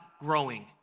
growing